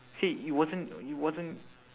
say it wasn't it wasn't